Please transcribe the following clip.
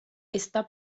está